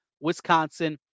Wisconsin